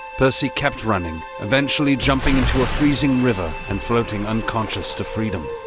percy kept running, eventually jumping into a freezing river and floating unconscious to freedom.